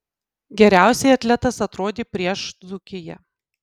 geriausiai atletas atrodė prieš dzūkiją